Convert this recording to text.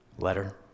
letter